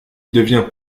devient